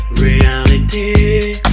reality